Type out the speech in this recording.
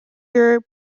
year